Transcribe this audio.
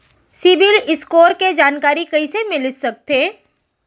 CIBIL score के जानकारी कइसे मिलिस सकथे?